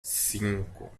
cinco